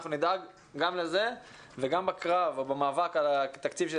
אנחנו נדאג גם לזה וגם בקרב או במאבק על התקציב של